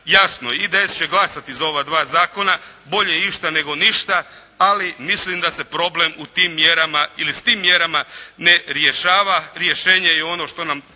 Jasno IDS će glasati za ova dva zakona, bolje išta nego ništa, ali mislim da se problem u tim mjerama ili s tim mjerama ne rješava. Rješenje je ono što nam